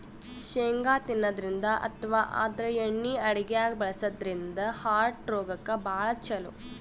ಶೇಂಗಾ ತಿನ್ನದ್ರಿನ್ದ ಅಥವಾ ಆದ್ರ ಎಣ್ಣಿ ಅಡಗ್ಯಾಗ್ ಬಳಸದ್ರಿನ್ದ ಹಾರ್ಟ್ ರೋಗಕ್ಕ್ ಭಾಳ್ ಛಲೋ